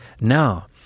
now